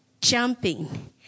jumping